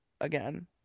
again